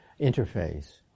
interface